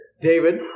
David